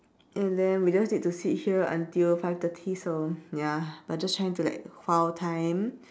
and then we just need to sit here until five thirty so ya but I'm just trying to like file time